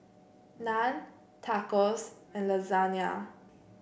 Naan Tacos and Lasagna